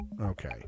okay